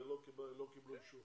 ולא קיבלו אישור.